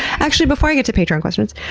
actually, before i get to patreon questions,